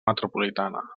metropolitana